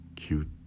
cute